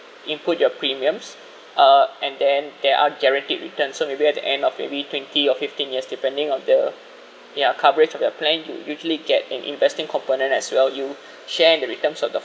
input your premiums uh and then there are guaranteed return so maybe at the end of maybe twenty or fifteen years depending on the ya coverage of your plan you usually get in investing component as well you share the returns of the